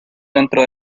dentro